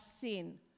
sin